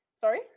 sorry